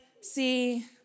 see